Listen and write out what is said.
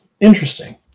interesting